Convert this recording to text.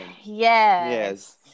Yes